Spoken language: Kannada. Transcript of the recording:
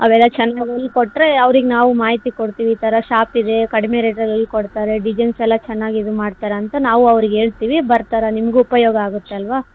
ಅವೆಲ್ಲ ಚೆನ್ನಾಗಿ ಹೊಲ್ಕೊಟ್ರೆ ಅವ್ರಿಗೆ ನಾವು ಮಾಹಿತಿ ಕೊಡ್ತೀವಿ ಈ ಥರ ಷಾಪ್ ಇದೆ ಕಡಿಮೆ ರೇಟಲ್ಲಿ ಹೊಲ್ಕೊಡ್ತಾರೆ ಡಿಸೈನ್ಸ್ ಎಲ್ಲ ಚೆನ್ನಾಗಿ ಇದು ಮಾಡ್ತಾರಂತ ನಾವು ಅವ್ರಿಗೆ ಹೇಳ್ತೀವಿ ಬರ್ತಾರೆ ನಿಮಗೂ ಉಪಯೋಗ ಆಗುತ್ತಲ್ವಾ